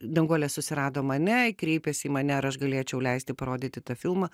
danguolė susirado mane kreipėsi į mane ar aš galėčiau leisti parodyti tą filmą